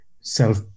self